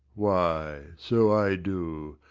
why, so i do,